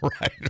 right